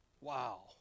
Wow